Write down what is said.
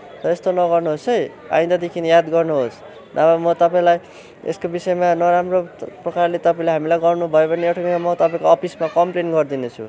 र यस्तो नगर्नुहोस् है आइन्दादेखि याद गर्नुहोस् नभए म तपाईँलाई यसको विषयमा नराम्रो प्रकारले तपाईँले हामीलाई गर्नुभयो भने म तपाईँको अफिसमा कम्प्लेन गरिदिनेछु